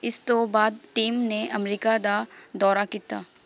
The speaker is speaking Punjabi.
ਇਸ ਤੋਂ ਬਾਅਦ ਟੀਮ ਨੇ ਅਮਰੀਕਾ ਦਾ ਦੌਰਾ ਕੀਤਾ